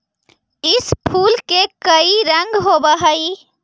इस फूल के कई रंग होव हई